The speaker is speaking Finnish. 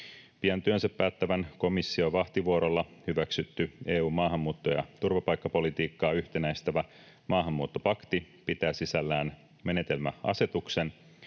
Pian työnsä päättävän komission vahtivuorolla hyväksytty EU:n maahanmuutto- ja turvapaikkapolitiikkaa yhtenäistävä maahanmuuttopakti pitää sisällään menetelmäasetuksen,